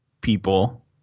people